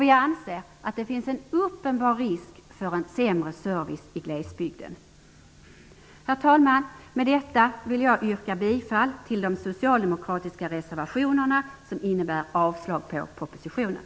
Vi anser att det finns en uppenbar risk för en sämre service i glesbygden. Herr talman! Med detta vill jag yrka bifall till de socialdemokratiska reservationerna som innebär avslag på propositionen.